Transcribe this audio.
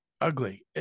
Ugly